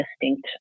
distinct